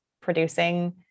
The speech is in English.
producing